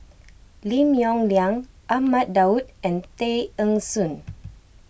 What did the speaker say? Lim Yong Liang Ahmad Daud and Tay Eng Soon